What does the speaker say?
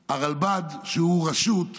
הרלב"ד, שהיא רשות,